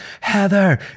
Heather